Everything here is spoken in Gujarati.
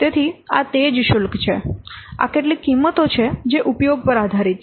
તેથી આ તે જ શુલ્ક છે આ કેટલીક કિંમતો છે જે ઉપયોગ પર આધારિત છે